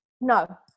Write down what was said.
No